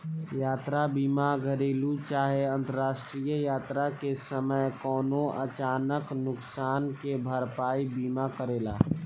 यात्रा बीमा घरेलु चाहे अंतरराष्ट्रीय यात्रा के समय कवनो अचानक नुकसान के भरपाई बीमा करेला